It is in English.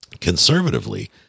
conservatively